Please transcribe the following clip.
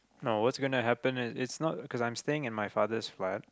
no what's going to happen it's not cause I'm staying in my father's flat